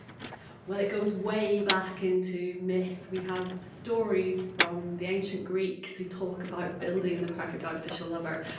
well, it goes way back into myth. we have stories from the ancient greeks who talk about building the perfect artificial lover.